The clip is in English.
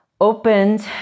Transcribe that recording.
opened